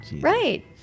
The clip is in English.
right